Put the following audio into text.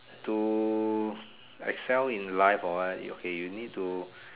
to excel in life or what okay you need to